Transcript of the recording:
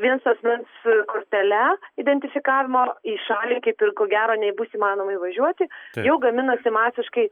vizos su kortele identifikavimo į šalį kaip ir ko gero nebus įmanoma įvažiuoti jau gaminasi masiškai